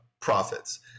profits